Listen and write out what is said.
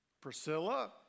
Priscilla